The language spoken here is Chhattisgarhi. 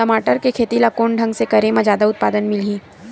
टमाटर के खेती ला कोन ढंग से करे म जादा उत्पादन मिलही?